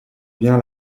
bien